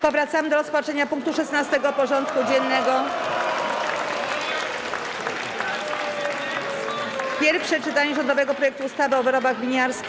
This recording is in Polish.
Powracamy do rozpatrzenia punktu 16. porządku dziennego: Pierwsze czytanie rządowego projektu ustawy o wyrobach winiarskich.